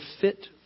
fit